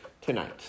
tonight